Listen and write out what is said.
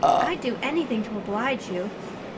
i'd do anything to oblige you.